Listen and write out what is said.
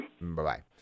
Bye-bye